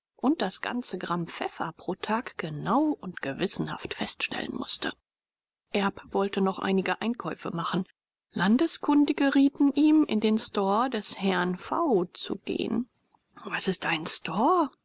und das ganze gramm pfeffer pro tag genau und gewissenhaft feststellen mußte erb wollte noch einige einkäufe machen landeskundige rieten ihm in den store des herrn v zu gehen was ist ein store